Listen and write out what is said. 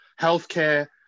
healthcare